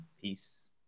Peace